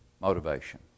Motivation